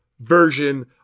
version